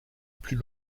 plus